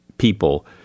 people